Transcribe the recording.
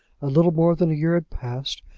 a little more than a year had passed,